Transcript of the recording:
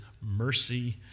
mercy